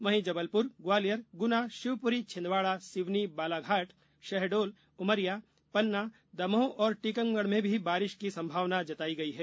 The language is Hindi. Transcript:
वहीं जबलपुर ग्वालियर ग्रुना शिवपुरी छिंदवाड़ा सिवनी बालाघाट शहडोल उमरिया पन्ना दमोह और टीकमगढ में भी बारिश की संभावना जताई गई है